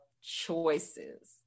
choices